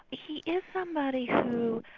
he is somebody who,